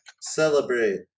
Celebrate